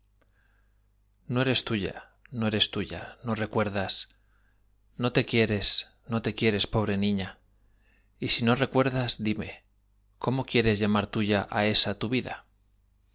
no eres tuya no eres tuya no recuerdas no te quieres no te quieres pobre niña y si no recuerdas díme cómo quieres llamar tuya á esa tu vida